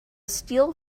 steel